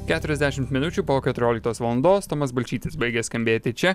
keturiasdešimt minučių po keturioliktos valandos tomas balčytis baigia skambėti čia